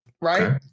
right